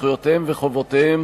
זכויותיהם וחובותיהם